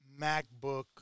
MacBook